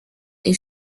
est